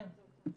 כן.